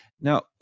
Now